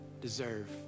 deserve